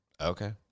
Okay